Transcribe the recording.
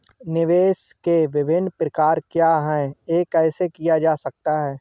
निवेश के विभिन्न प्रकार क्या हैं यह कैसे किया जा सकता है?